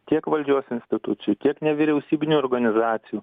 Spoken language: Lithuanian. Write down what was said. tiek valdžios institucijų tiek nevyriausybinių organizacijų